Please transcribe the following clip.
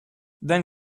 then